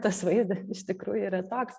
tas vaizdas iš tikrųjų yra toks